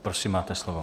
Prosím, máte slovo.